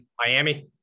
Miami